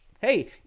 hey